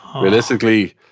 Realistically